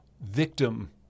Victim